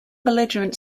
belligerent